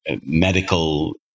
medical